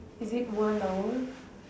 is it one hour